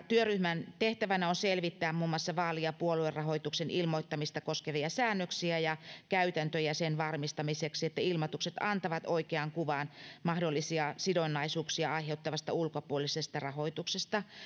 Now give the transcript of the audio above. työryhmän tehtävänä on selvittää muun muassa vaali ja puoluerahoituksen ilmoittamista koskevia säännöksiä ja käytäntöjä sen varmistamiseksi että ilmoitukset antavat oikean kuvan mahdollisia sidonnaisuuksia aiheuttavasta ulkopuolisesta rahoituksesta